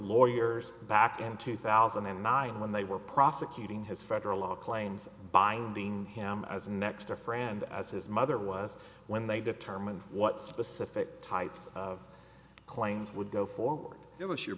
lawyers back in two thousand and nine when they were prosecuting his federal law claims binding him as next to a friend as his mother was when they determined what specific types of claims would go forward it was your